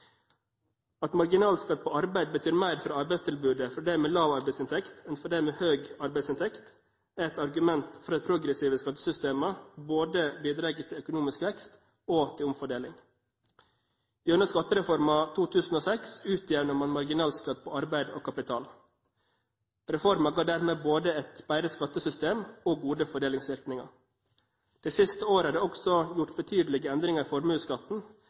At marginalskatt på arbeid betyr mer for arbeidstilbudet for dem med lav arbeidsinntekt enn for dem med høy arbeidsinntekt, er et argument for at progressive skattesystemer bidrar til både økonomisk vekst og omfordeling. Gjennom skattereformen 2006 utjevnet man marginalskatt på arbeid og kapital. Reformen ga dermed både et bedre skattesystem og gode fordelingsvirkninger. De siste årene er det også gjort betydelige endringer i formuesskatten,